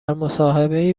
مصاحبهای